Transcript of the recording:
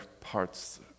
parts